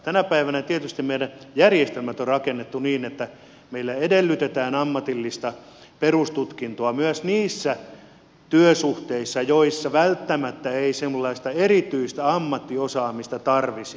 tänä päivänä tietysti meidän järjestelmät on rakennettu niin että meillä edellytetään ammatillista perustutkintoa myös niissä työsuhteissa joissa välttämättä ei sellaista erityistä ammattiosaamista tarvitsisi